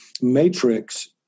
matrix